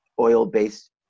oil-based